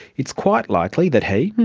it's quite likely that he,